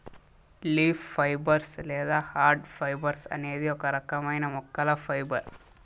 leaf fibres లేదా hard fibres అనేది ఒక రకమైన మొక్కల ఫైబర్